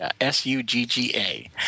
S-U-G-G-A